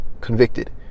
convicted